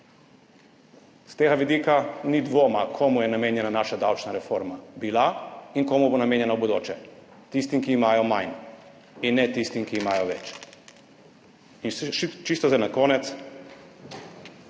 S tega vidika ni dvoma, komu je namenjena naša davčna reforma bila in komu bo namenjena v bodoče. Tistim, ki imajo manj, in ne tistim, ki imajo več. In še čisto za konec,